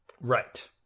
Right